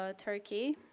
ah turkey.